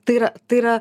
tai yra tai yra